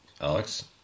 Alex